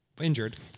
Injured